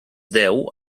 deu